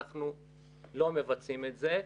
אנחנו לא מבצעים את זה,